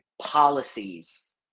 policies